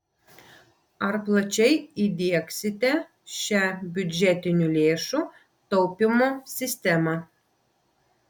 ar plačiai įdiegsite šią biudžetinių lėšų taupymo sistemą